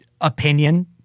opinion